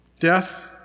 Death